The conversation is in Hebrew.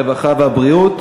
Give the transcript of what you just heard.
הרווחה והבריאות